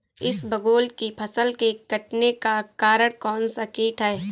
इसबगोल की फसल के कटने का कारण कौनसा कीट है?